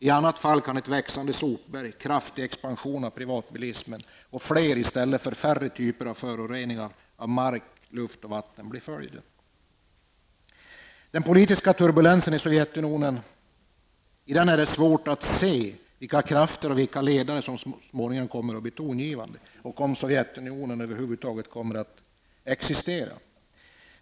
I annat fall kan ett växande sopberg, kraftig expansion av privatbilismen och fler i stället för färre typer av föroreningar av mark, luft och vatten bli följden. I den politiska turbulensen i Sovjetunionen är det svårt att se vilka krafter och vilka ledare som så småningom kommer att bli tongivande och om Sovjetunionen över huvud taget kommer att existera.